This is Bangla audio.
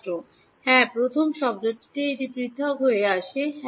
ছাত্র হ্যাঁ প্রথম শব্দটিতে এটি পৃথক হয়ে আসে